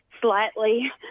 slightly